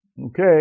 Okay